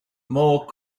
more